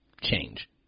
change